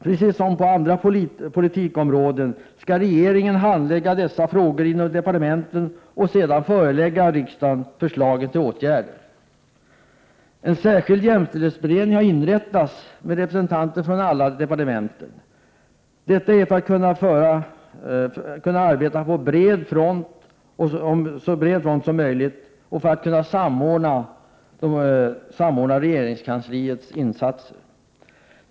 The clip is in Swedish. Precis som på andra politikområden skall regeringen handlägga dessa frågor inom departementen och sedan förelägga riksdagen förslagen till åtgärder. En särskild jämställdhetsberedning har inrättats med representanter från alla departementen, detta för att kunna arbeta på så bred front som möjligt och för att samordna regeringskansliets insatser.